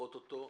לדחות אותו.